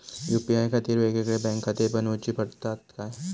UPI खातीर येगयेगळे बँकखाते बनऊची पडतात काय?